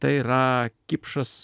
tai yra kipšas